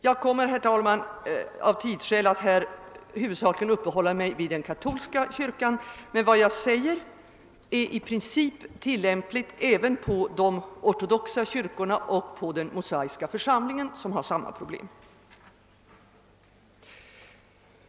Jag kommer, herr talman, av tidsskäl att här huvudsakligen uppehålla mig vid den katolska kyrkan, men vad jag säger är i princip tillämpligt också på de ortodoxa kyrkorna och på den mosaiska församlingen, som har samma problem.